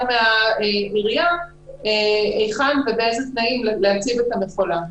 מהעירייה היכן ובאיזה תנאים להציב את המכולה.